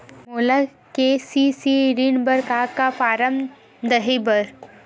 मोला के.सी.सी ऋण बर का का फारम दही बर?